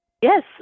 Yes